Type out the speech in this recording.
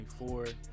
24